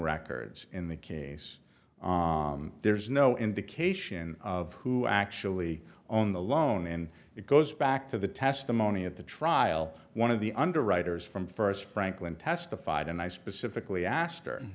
records in the case there's no indication of who actually own the loan and it goes back to the testimony at the trial one of the underwriters from first franklin testified and i specifically as